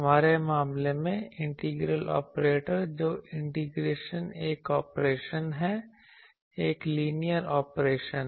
हमारे मामले में इंटीग्रल ऑपरेटर जो इंटीग्रेशन एक ऑपरेशन है एक लीनियर ऑपरेशन है